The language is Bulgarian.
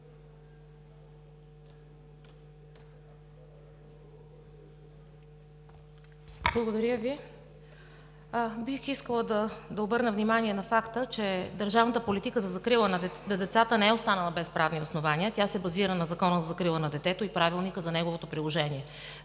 Благодаря Ви. Бих искала да обърна внимание на факта, че държавната политика за закрила на децата не е останала без правни основания. Тя се базира на Закона за закрила на детето и Правилника за неговото приложение.